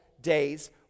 day's